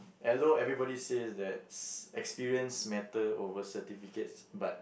although everybody says that experience matter over certificates but